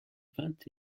vingt